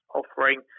offering